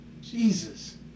Jesus